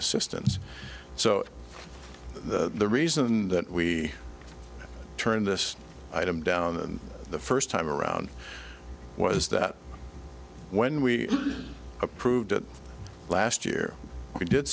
assistance so the reason that we turned this item down and the first time around was that when we approved it last year we did